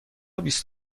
بیست